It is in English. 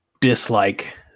dislike